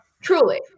Truly